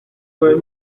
buen